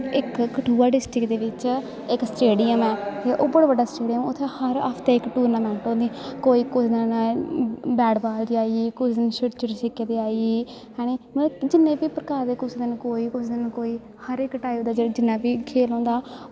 इक कठुआ डिस्टिक दै बिच्च इक स्टोडियम ऐ ते बड़ा बड्डा स्टेडियम ऐ हर हफ्ते इक टूर्नामैंट होंदी कोई कुसै दिन बैट बॉल दी आई कुसै दिन चिड़ी शिक्के दी आई हैनी मतलव किन्ने बी प्रकार दे कुसै दिन कोई कुसै दिन कोई हर इक टाईप दा जिन्ना बी कोई खेल होंदा